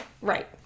right